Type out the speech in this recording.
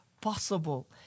possible